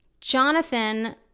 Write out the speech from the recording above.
Jonathan